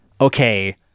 okay